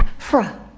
from